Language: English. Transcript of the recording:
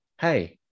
hey